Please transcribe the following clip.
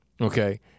okay